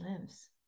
lives